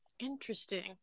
interesting